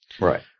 Right